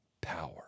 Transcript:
power